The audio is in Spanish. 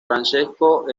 francesco